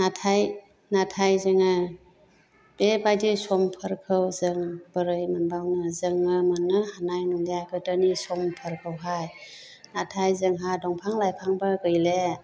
नाथाय नाथाय जोङो बेबादि समफोरखौ जों बोरै मोनबावनो जोङो मोननो हानाय नंला गोदोनि समफोरखौहाय नाथाय जोंहा दंफां लाइफांफोर गैले